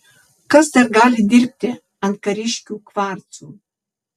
kas dar gali dirbti ant kariškių kvarcų